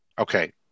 okay